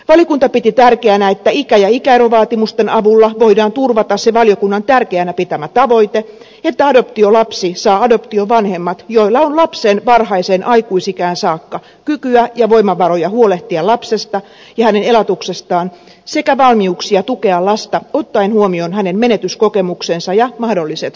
valiokunta piti tärkeänä että ikä ja ikäerovaatimusten avulla voidaan turvata se valiokunnan tärkeänä pitämä tavoite että adoptiolapsi saa adoptiovanhemmat joilla on lapsen varhaiseen aikuisikään saakka kykyä ja voimavaroja huolehtia lapsesta ja hänen elatuksestaan sekä valmiuksia tukea lasta ottaen huomioon hänen menetyskokemuksensa ja mahdolliset erityistarpeensa